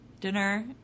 dinner